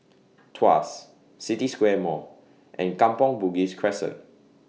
Tuas City Square Mall and Kampong Bugis Crescent